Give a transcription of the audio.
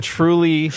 Truly